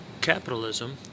capitalism